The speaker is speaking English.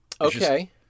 Okay